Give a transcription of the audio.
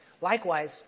Likewise